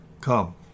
Come